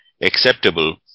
acceptable